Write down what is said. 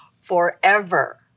forever